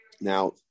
Now